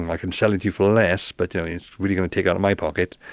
and i can sell it to you for less but it's really going to take out of my pocket.